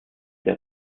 der